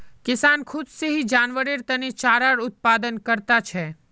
किसान खुद से ही जानवरेर तने चारार उत्पादन करता छे